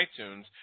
iTunes